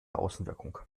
außenwirkung